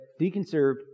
deconserved